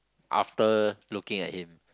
after looking at him